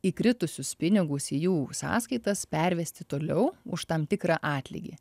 įkritusius pinigus į jų sąskaitas pervesti toliau už tam tikrą atlygį